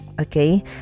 okay